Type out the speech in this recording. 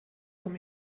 vom